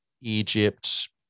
Egypt